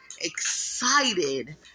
excited